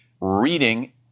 Reading